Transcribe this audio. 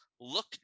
look